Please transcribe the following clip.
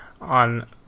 on